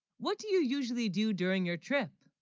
what do you usually do during your trip